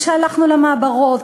כשהלכנו למעברות,